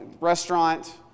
restaurant